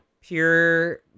Pure